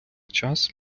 час